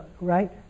right